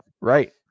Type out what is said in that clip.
Right